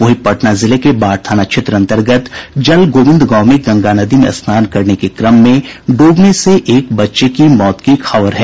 वहीं पटना जिले के बाढ़ थाना क्षेत्र अंतर्गत जलगोविंद गांव में गंगा नदी में स्नान करने के क्रम में डूबने से एक बच्चे की मौत की खबर है